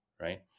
right